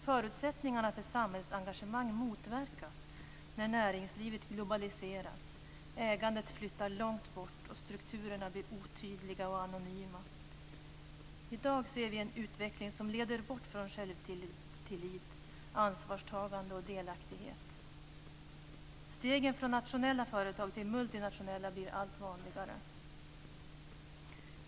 Förutsättningarna för samhällsengagemang motverkas när näringslivet globaliseras, ägandet flyttar långt bort och strukturerna blir otydliga och anonyma. I dag ser vi att utvecklingen leder bort från självtillit, ansvarstagande och delaktighet. Stegen från nationella företag till multinationella blir allt vanligare.